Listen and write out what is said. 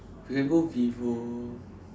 we can go Vivo